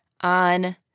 on